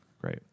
Great